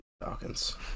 Dawkins